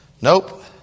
Nope